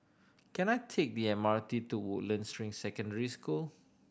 can I take the M R T to Woodlands Ring Secondary School